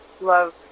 love